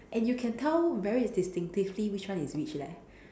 and you can tell very distinctively which one is which leh